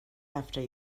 after